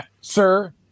Sir